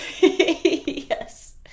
Yes